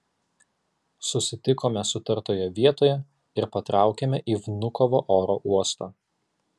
susitikome sutartoje vietoje ir patraukėme į vnukovo oro uostą